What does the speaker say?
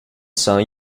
song